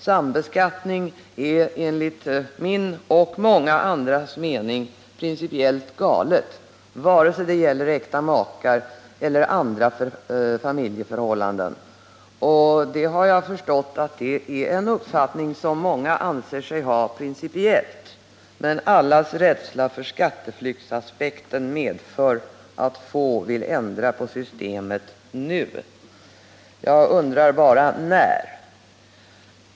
Sambeskattning är enligt min och många andras mening något principiellt galet, vare sig det gäller äkta makar eller andra familjeförhållanden. Det har jag förstått är en uppfattning som många anser sig ha principiellt, men allas rädsla för skatteflyktsaspekten medför att få vill ändra på systemet nu. Jag undrar bara när.